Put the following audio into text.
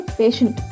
patient